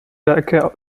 werke